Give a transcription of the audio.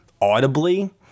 audibly